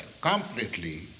completely